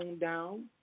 down